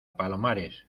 palomares